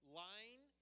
lying